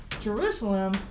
Jerusalem